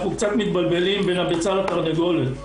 אנחנו קצת מתבלבלים בין הביצה לתרנגולת.